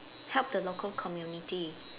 help the local community